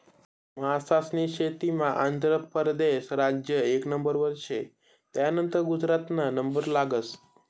मासास्नी शेतीमा आंध्र परदेस राज्य एक नंबरवर शे, त्यानंतर गुजरातना नंबर लागस